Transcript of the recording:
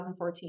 2014